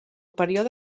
període